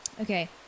Okay